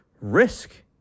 risk